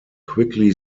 quickly